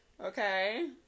okay